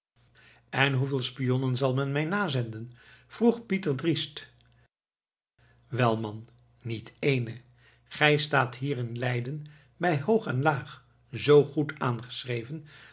en hoeveel spionnen zal men mij nazenden vroeg pieter driest wel man niet éénen gij staat hier in leiden bij hoog en laag z goed aangeschreven